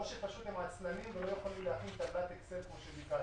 או שפשוט הם עצלנים ולא יכולים להכין טבלת אקסל כמו שביקשנו.